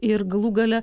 ir galų gale